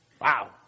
Wow